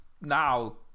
now